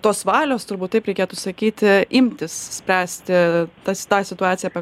tos valios turbūt taip reikėtų sakyti imtis spręsti tas tą situaciją apie